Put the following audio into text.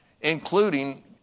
including